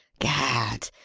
gad!